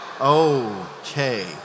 okay